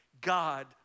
God